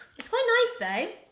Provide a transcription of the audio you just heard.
it's quite nice though.